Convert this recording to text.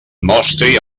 mostri